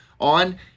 on